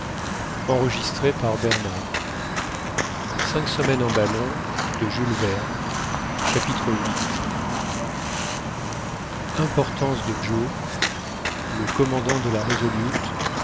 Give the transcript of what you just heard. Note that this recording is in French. chapitre viii importance de joe le commandant de la resolute